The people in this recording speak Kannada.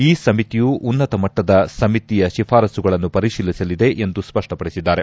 ಈ ಸಮಿತಿಯು ಉನ್ನತ ಮಟ್ಟದ ಸಮಿತಿಯ ಶಿಫಾರಸುಗಳನ್ನು ಪರಿಶೀಲಿಸಲಿದೆ ಎಂದು ಸ್ಪಷ್ಟಪಡಿಸಿದ್ದಾರೆ